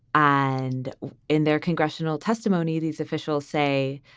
and in their congressional testimony, these officials say,